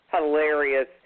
hilarious